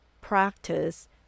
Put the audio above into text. practice